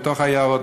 מתוך היערות,